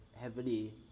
heavily